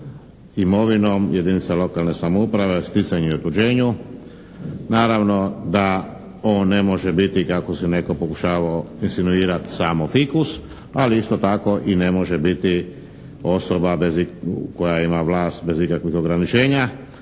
imovinom jedinica lokalne samouprave, sticanju i otuđenju. Naravno da on ne može biti, kako se netko pokušavao insinuirati, samo fikus, ali isto tako i ne može biti osoba koja ima vlast bez ikakvih ograničenja.